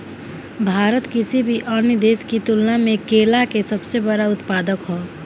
भारत किसी भी अन्य देश की तुलना में केला के सबसे बड़ा उत्पादक ह